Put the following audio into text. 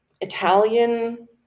Italian